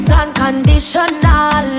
unconditional